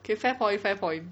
okay fair point fair point